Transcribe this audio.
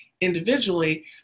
individually